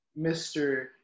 Mr